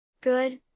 Good